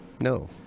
No